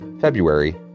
February